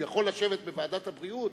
יכול לשבת בוועדת הבריאות?